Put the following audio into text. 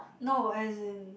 no as in